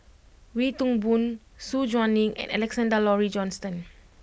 Wee Toon Boon Su Guaning and Alexander Laurie Johnston